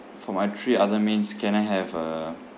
for my three other mains can I have uh